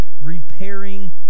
repairing